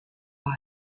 line